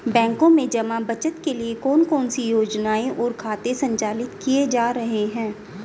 बैंकों में जमा बचत के लिए कौन कौन सी योजनाएं और खाते संचालित किए जा रहे हैं?